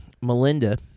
Melinda